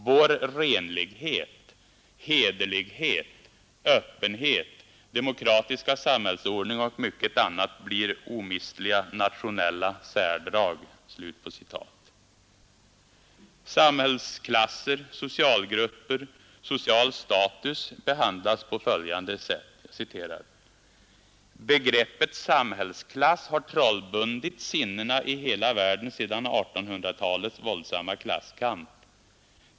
Vår renlighet, hederlighet, öppenhet, demokratiska samhällsordning och mycket annat blir omistliga nationella särdrag.” Samhällsklasser, socialgrupper, social status behandlas på följande sätt: ”Begreppet samhällsklass har trollbundit sinnena i hela världen sedan 1800-talets våldsamma klasskamp.